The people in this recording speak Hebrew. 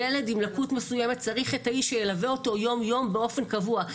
ילד עם לקות מסוימת צריך את האיש שילווה אותו יום יום באופן קבוע,